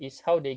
mmhmm